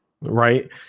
right